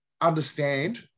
understand